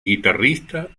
guitarrista